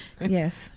Yes